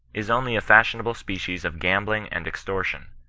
is only a feishionable species of gambling and extortion,